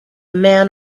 man